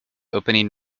opening